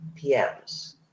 PMS